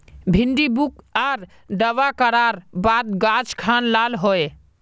भिन्डी पुक आर दावा करार बात गाज खान लाल होए?